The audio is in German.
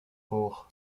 hoch